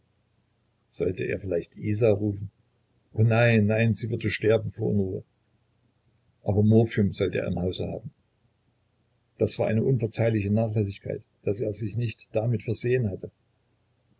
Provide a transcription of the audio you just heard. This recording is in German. sollte er vielleicht isa rufen o nein nein sie würde sterben vor unruhe aber morphium sollte er im hause haben das war eine unverzeihliche nachlässigkeit daß er sich nicht damit versehen hatte